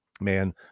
man